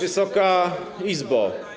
Wysoka Izbo!